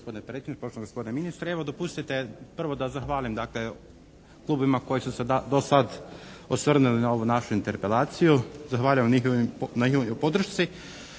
Hvala vam